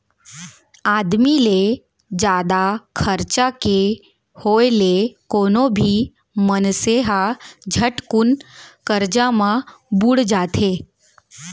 आमदनी ले जादा खरचा के होय ले कोनो भी मनसे ह झटकुन करजा म बुड़ जाथे